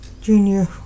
Junior